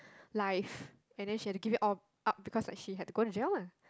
life and then she had to give it all up because like she had to go to jail lah